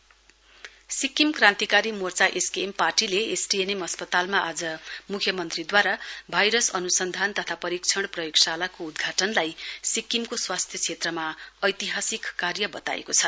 SKM Sikkim Krantikari Morcha SKM पार्टीले STNM अस्पतालमा आज मुख्यमन्त्रीद्वारा भाइरस अनुसन्धान तथा परीक्षण प्रयोगशालाको उद्घाटनलाई सिक्किमको स्वास्थ्य क्षेत्रमा ऐतिहासिक कार्य बताएको छ